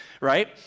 right